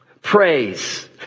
Praise